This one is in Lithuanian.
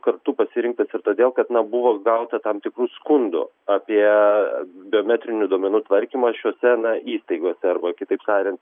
kartu pasirinktas ir todėl kad nebuvo gauta tam tikrų skundų apie biometrinių duomenų tvarkymą šiuose na įstaigose arba kitaip tariant